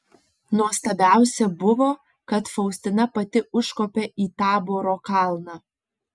nuostabiausia buvo kad faustina pati užkopė į taboro kalną